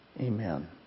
Amen